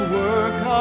work